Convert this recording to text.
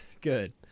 Good